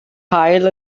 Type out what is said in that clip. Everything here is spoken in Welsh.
haul